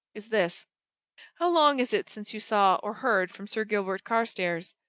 is this how long is it since you saw or heard from sir gilbert carstairs?